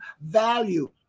value